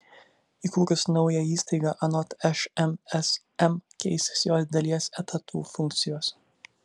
įkūrus naują įstaigą anot šmsm keisis jos dalies etatų funkcijos